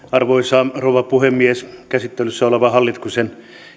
arvoisa rouva puhemies käsittelyssä oleva hallituksen